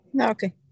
okay